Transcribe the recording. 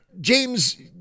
James